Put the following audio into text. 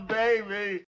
baby